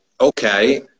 okay